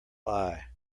eye